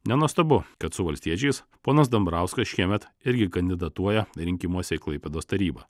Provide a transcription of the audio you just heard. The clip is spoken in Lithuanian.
nenuostabu kad su valstiečiais ponas dambrauskas šiemet irgi kandidatuoja rinkimuose į klaipėdos tarybą